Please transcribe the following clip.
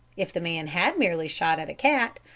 if the man had merely shot at a cat,